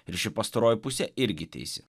ir ši pastaroji pusė irgi teisi